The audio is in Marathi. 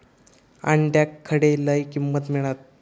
अंड्याक खडे लय किंमत मिळात?